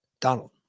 Donald